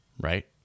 right